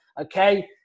okay